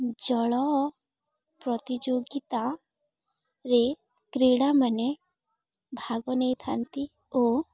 ଜଳ ପ୍ରତିଯୋଗିତାରେ କ୍ରୀଡ଼ାମାନେ ଭାଗ ନେଇଥାନ୍ତି ଓ